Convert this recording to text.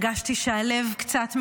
הרגשתי שהלב קצת מתאחה.